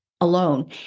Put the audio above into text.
alone